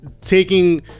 taking